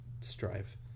strive